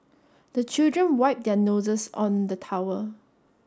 the children wipe their noses on the towel